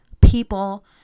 people